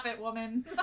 woman